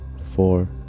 four